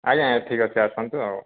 ଆଜ୍ଞା ଠିକ୍ଅଛି ଆସନ୍ତୁ ଆଉ